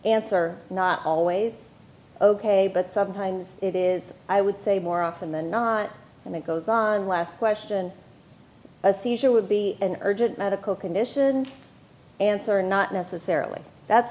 answer not always ok but sometimes it is i would say more often than not and it goes on last question a seizure would be an urgent medical condition answer not necessarily that's